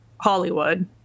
Hollywood